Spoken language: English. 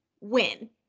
win